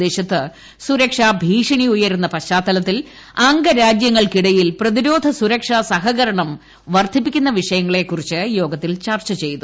പ്രദേശത്ത് സുരക്ഷാ ഉയരുന്ന ഭീഷണി അംഗരാജ്യങ്ങൾക്കിടയിൽ പ്രതിരോധ സുരക്ഷ സഹകരണം വർദ്ധിപ്പിക്കുന്ന വിഷയങ്ങളെക്കുറിച്ച് യോഗത്തിൽ ചർച്ച ചെയ്തു